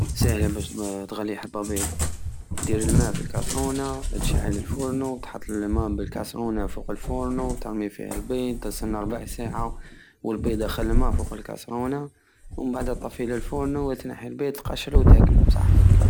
ساهلة باش تغلي حبة بيض دير الما في الكاسرونة تشعل الفورنو تحط الماء بالكاسرونة فوق الفورنو ترمي فيه البيض استنى ربع ساعة والبيض داخل الما فوق الكاسرونة ومبعدة طفي الفورنو وتنحي البيض قشرو وتاكل بصحتك